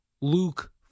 Luke